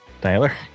Tyler